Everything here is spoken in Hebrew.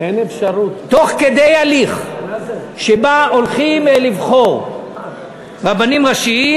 תוך כדי הליך שבו הולכים לבחור רבנים ראשיים,